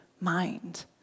mind